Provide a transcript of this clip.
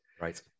Right